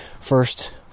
first